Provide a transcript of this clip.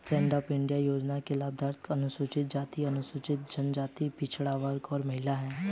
stand up India योजना के लाभार्थी अनुसूचित जाति, अनुसूचित जनजाति, पिछड़ा वर्ग और महिला है